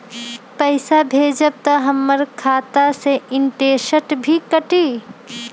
पैसा भेजम त हमर खाता से इनटेशट भी कटी?